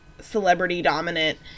celebrity-dominant